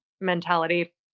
mentality